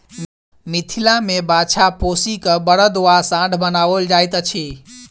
मिथिला मे बाछा पोसि क बड़द वा साँढ़ बनाओल जाइत अछि